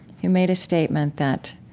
he made a statement that